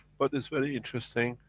but it's very interesting.